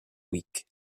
weak